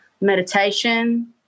meditation